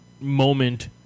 moment